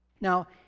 Now